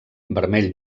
vermell